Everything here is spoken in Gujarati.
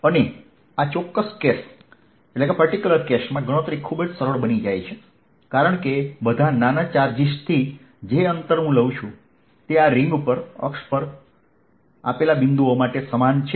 અને આ ચોક્કસ કેસ માં ગણતરી ખૂબ જ સરળ બની જાય છે કારણ કે આ બધા નાના ચાર્જિસથી જે અંતર પર લઉ છું તે આ રીંગ પર અક્ષ પરના આપેલા બિંદુઓ માટે સમાન છે